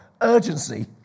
urgency